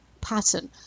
pattern